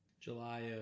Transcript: July